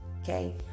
okay